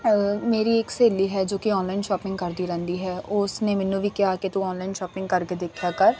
ਮੇਰੀ ਇੱਕ ਸਹੇਲੀ ਹੈ ਜੋ ਕਿ ਔਨਲਾਈਨ ਸ਼ੋਪਿੰਗ ਕਰਦੀ ਰਹਿੰਦੀ ਹੈ ਉਸ ਨੇ ਮੈਨੂੰ ਵੀ ਕਿਹਾ ਕਿ ਤੂੰ ਔਨਲਾਈਨ ਸ਼ੋਪਿੰਗ ਕਰਕੇ ਦੇਖਿਆ ਕਰ